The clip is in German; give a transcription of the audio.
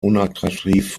unattraktiv